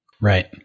Right